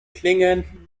klingen